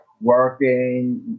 working